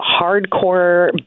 hardcore